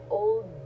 old